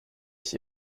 ich